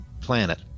planet